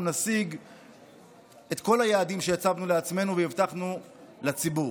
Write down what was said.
אנחנו נשיג את כל היעדים שהצבנו לעצמנו והבטחנו לציבור.